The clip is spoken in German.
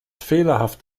fehlerhaft